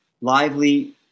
lively